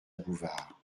bouvard